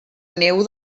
neu